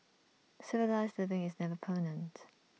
civilised living is never permanent